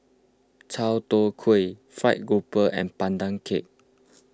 Chai Tow Kway Fried Grouper and Pandan Cake